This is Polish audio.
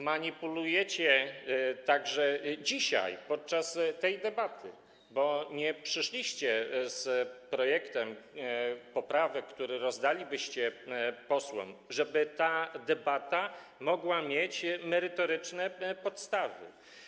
Manipulujecie także dzisiaj, podczas tej debaty, bo nie przyszliście z projektem poprawek, który rozdalibyście posłom, żeby ta debata mogła mieć merytoryczne podstawy.